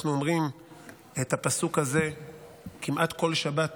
אנחנו אומרים את הפסוק הזה כמעט כל שבת